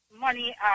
money